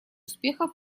успехов